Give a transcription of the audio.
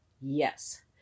Yes